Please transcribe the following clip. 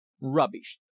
rubbish